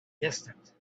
distant